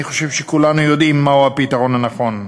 אני חושב שכולנו יודעים מה הפתרון הנכון,